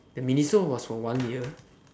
that Miniso was for one year